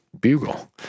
bugle